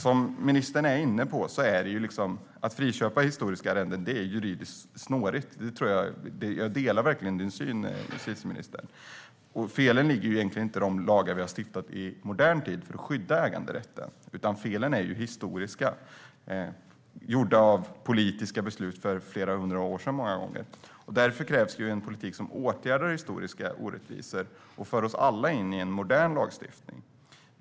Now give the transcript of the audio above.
Som ministern är inne på är det juridiskt snårigt att friköpa historiska arrenden. Jag delar justitieministerns syn på detta. Felen ligger inte i de lagar som vi har stiftat i modern tid för att skydda äganderätten, utan felen är historiska, många gånger uppkomna genom politiska beslut för flera hundra år sedan. Därför krävs det en politik som åtgärdar historiska orättvisor och för oss alla in i en modern lagstiftning.